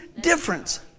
difference